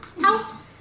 house